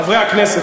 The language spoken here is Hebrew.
חברי הכנסת,